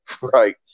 Right